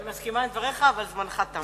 אני מסכימה עם דבריך, אבל זמנך תם.